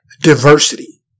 diversity